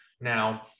Now